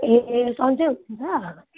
ए सन्चै हुनुहुन्छ